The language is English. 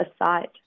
aside